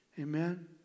Amen